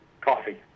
Coffee